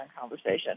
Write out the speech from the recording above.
conversation